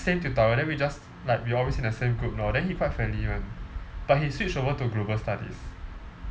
same tutorial then we just like we always in the same group and all then he quite friendly [one] but he switch over to global studies